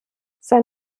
sein